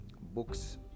books